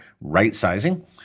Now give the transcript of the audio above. right-sizing